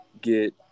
get